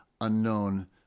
unknown